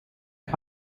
die